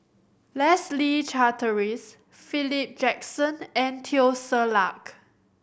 Leslie Charteris Philip Jackson and Teo Ser Luck